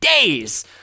days